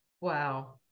Wow